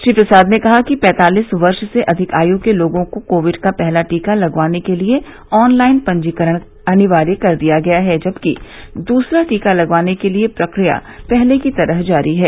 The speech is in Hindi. श्री प्रसाद ने कहा कि पैंतालीस वर्ष से अधिक आयु के लोगों को कोविड का पहला टीका लगवाने के लिये ऑनलाइन पंजीकरण अनिवार्य कर दिया गया है जबकि दूसरा टीका लगवाने के लिये प्रक्रिया पहले की तरह ही जारी है